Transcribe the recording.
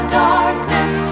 darkness